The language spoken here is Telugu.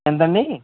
ఎంతండి